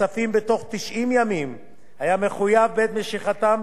היה מחויב בעת משיכתם במס שולי או במס